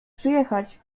przyjechać